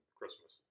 Christmas